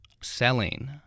selling